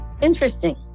interesting